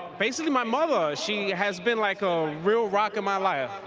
basically my mother she has been like a real rock in my life